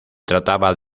trataba